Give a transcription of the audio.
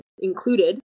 included